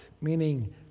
meaning